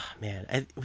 Man